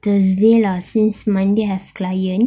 thursday lah since monday have client